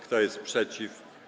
Kto jest przeciw?